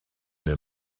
neu